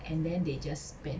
and then they just spent